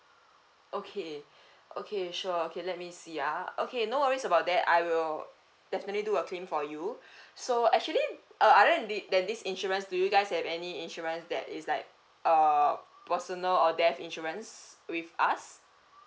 okay okay sure okay let me see ah okay no worries about that I will definitely do a claim for you so actually uh other than thi~ that this insurance do you guys have any insurance that is like err personal or death insurance with us